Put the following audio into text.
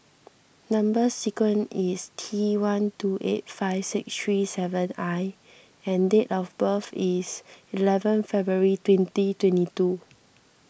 Number Sequence is T one two eight five six three seven I and date of birth is eleven February twenty twenty two